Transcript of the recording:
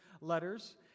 letters